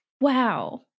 Wow